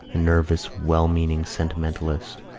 a nervous, well-meaning sentimentalist,